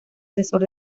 asesor